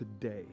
today